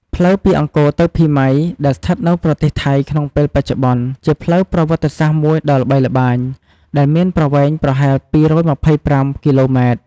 ផ្លូវពីអង្គរទៅភីម៉ៃ ដែលស្ថិតនៅប្រទេសថៃក្នុងពេលបច្ចុប្បន្ន ជាផ្លូវប្រវត្តិសាស្រ្តមួយដ៏ល្បីល្បាញ ដែលមានប្រវែងប្រហែល ២២៥ គីឡូម៉ែត្រ។